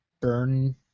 burn